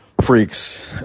freaks